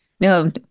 No